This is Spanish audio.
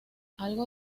algo